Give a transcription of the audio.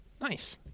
Nice